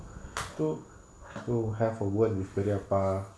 to to have a word with periyappa